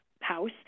house